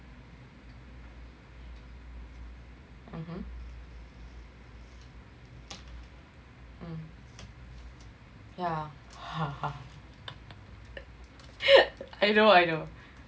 mmhmm yeah I know I know